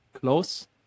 Close